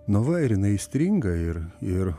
nu va ir jinai įstringa ir ir